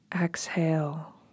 Exhale